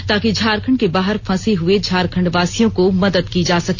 ताकि झारखण्ड के बाहर फंसे हुए झारखण्डवासियों को मदद की जा सके